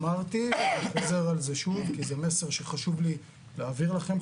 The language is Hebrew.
חזרתי ואני חוזר על זה שוב כי זה מסר שחשוב לי להעביר לכם,